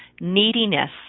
neediness